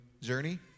journey